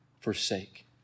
forsake